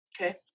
Okay